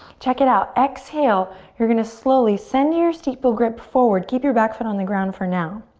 check it out, exhale. you're gonna slowly send your steeple grip forward. keep your back foot on the ground for now.